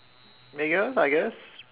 I gue~ I guess